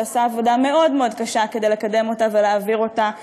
שעשה עבודה מאוד מאוד קשה כדי לקדם אותה ולהעביר אותה כאן,